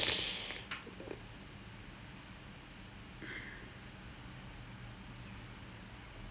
so அதான் பயமா இருக்கு இப்போ விளையாடிருப்போம் எல்லாம்:athaan bayamaa irukku ippo vilayadiruppom ellam like when I come in to bowl is like the back of my mind